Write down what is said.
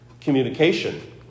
Communication